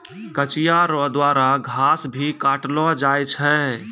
कचिया रो द्वारा घास भी काटलो जाय छै